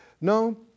No